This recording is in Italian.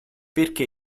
perché